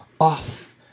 off